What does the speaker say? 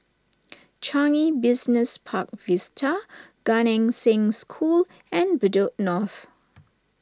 Changi Business Park Vista Gan Eng Seng School and Bedok North